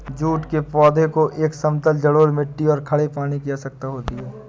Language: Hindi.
जूट के पौधे को एक समतल जलोढ़ मिट्टी और खड़े पानी की आवश्यकता होती है